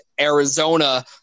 Arizona